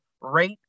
rate